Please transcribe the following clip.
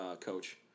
coach